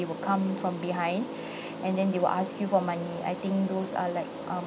they will come from behind and then they will ask you for money I think those are like um